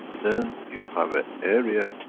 then you have a area